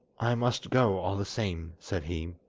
i must go all the same said he.